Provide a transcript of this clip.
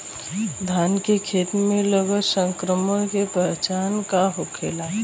धान के खेत मे लगल संक्रमण के पहचान का होखेला?